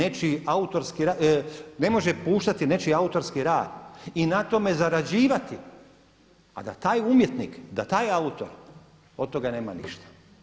Ali ne može puštati nečiji autorski rad i na tome zarađivati, a da taj umjetnik, da taj autor od toga nema ništa.